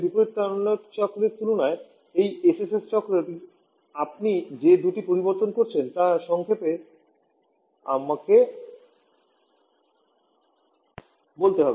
বিপরীত কার্নোট চক্রের তুলনায় এই এসএসএস চক্রের আপনি যে দুটি পরিবর্তন করছেন তা সংক্ষেপে আমাকে বলতে হবে